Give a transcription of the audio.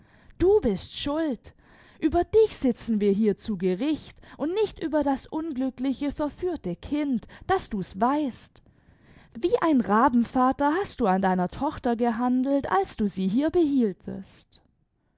du bist schuld über dich sitzen wir hier zu gericht und nicht über das unglückliche verführte kind daß du's weißt wie ein rabenvater hast du an deiner tochter gehandelt als du sie hier behieltest